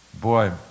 Boy